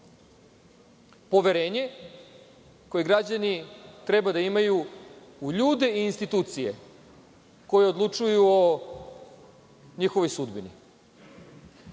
poverenje koje građani treba da imaju u ljude i institucije, koje odlučuju o njihovoj sudbini.